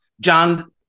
John